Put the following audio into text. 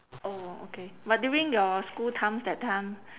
oh okay but during your school times that time